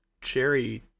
cherry